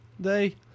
Day